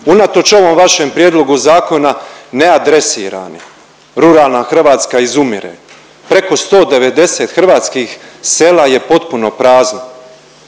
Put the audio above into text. unatoč ovom vašem prijedlogu zakona neadresirani. Ruralna Hrvatska izumire, preko 190 hrvatskih sela je potpuno prazno.